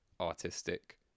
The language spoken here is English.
artistic